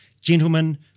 Gentlemen